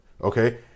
Okay